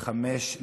לחמש,